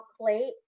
Plate